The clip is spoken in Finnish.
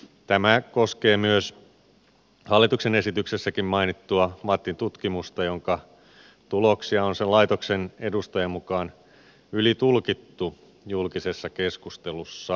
tämä koskee myös hallituksen esityksessäkin mainittua vattin tutkimusta jonka tuloksia on sen laitoksen edustajan mukaan ylitulkittu julkisessa keskustelussa